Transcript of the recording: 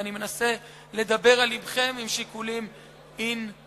ואני מנסה לדבר על לבכם בשיקולים ענייניים.